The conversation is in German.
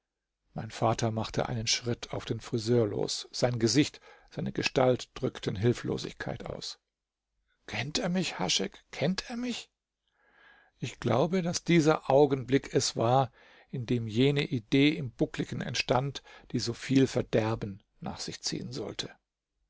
mein vater machte einen schritt auf den friseur los sein gesicht seine gestalt drückten hilflosigkeit aus kennt er mich haschek kennt er mich ich glaube daß dieser augenblick es war in dem jene idee im buckligen entstand die so viel verderben nach sich ziehen sollte